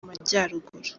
majyaruguru